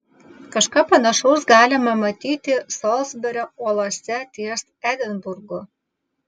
kažką panašaus galima matyti solsberio uolose ties edinburgu